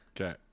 Okay